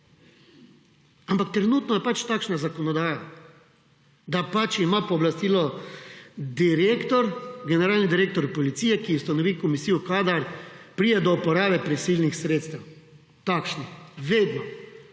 Ampak trenutno je pač takšna zakonodaja, da pač ima pooblastilo direktor, generalni direktor policije, ki ustanovi komisijo, kadar pride do uporabe prisilnih sredstev, takšnih(?), vedno.